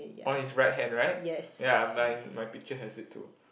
on his right hand right ye mine my picture has it too